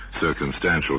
circumstantial